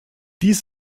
dies